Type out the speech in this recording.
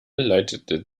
leitete